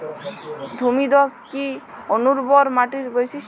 ভূমিধস কি অনুর্বর মাটির বৈশিষ্ট্য?